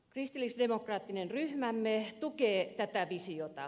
kristillisdemokraattinen ryhmämme tukee tätä visiota